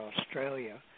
Australia